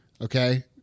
Okay